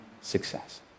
success